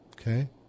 Okay